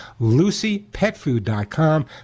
LucyPetFood.com